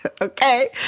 Okay